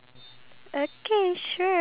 went to the shop